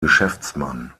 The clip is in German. geschäftsmann